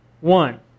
one